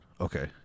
okay